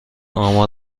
امار